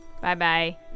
Bye-bye